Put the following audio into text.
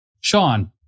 Sean